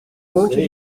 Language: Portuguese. monte